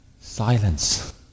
silence